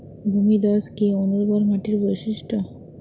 ভূমিধস কি অনুর্বর মাটির বৈশিষ্ট্য?